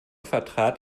vertrat